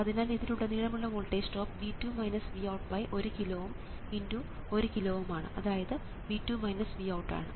അതിനാൽ ഇതിലുടനീളമുള്ള voltage drop 1 kilo Ω × 1 kilo Ω ആണ് അത് V2 Vout ആണ്